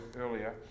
earlier